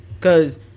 Cause